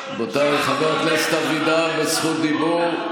רבותיי, חבר הכנסת אבידר בזכות דיבור.